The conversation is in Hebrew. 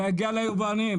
זה יגיע ליבואנים,